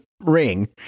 ring